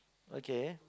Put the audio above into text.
okay